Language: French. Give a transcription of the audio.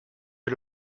est